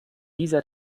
dieser